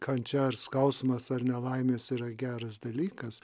kančia ar skausmas ar nelaimės yra geras dalykas